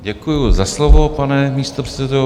Děkuju za slovo, pane místopředsedo.